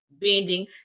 bending